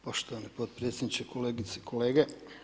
Poštovani potpredsjedniče, kolegice i kolege.